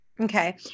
Okay